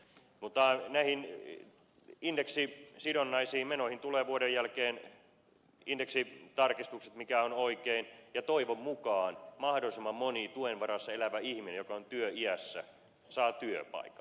mutta näihin indeksisidonnaisiin menoihin tulee vuoden jälkeen indeksitarkistukset mikä on oikein ja toivon mukaan mahdollisimman moni tuen varassa elävä ihminen joka on työiässä saa työpaikan